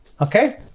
okay